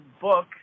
book